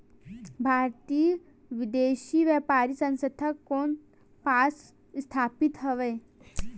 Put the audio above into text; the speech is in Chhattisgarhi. भारतीय विदेश व्यापार संस्था कोन पास स्थापित हवएं?